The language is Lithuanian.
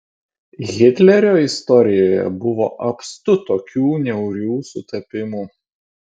hitlerio istorijoje buvo apstu tokių niaurių sutapimų